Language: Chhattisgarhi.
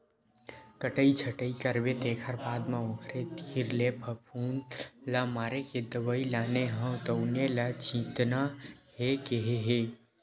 कटई छटई करबे तेखर बाद म ओखरे तीर ले फफुंद ल मारे के दवई लाने हव तउने ल छितना हे केहे हे